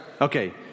Okay